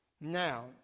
Now